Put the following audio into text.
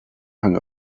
hung